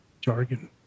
jargon